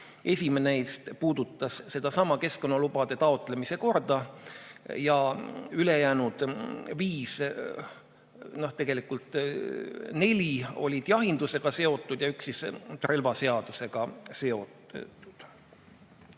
esimene neist puudutas sedasama keskkonnalubade taotlemise korda ja ülejäänud viis, tegelikult neli, olid jahindusega seotud ning üks oli relvaseadusega seotud.